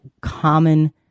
common